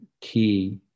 key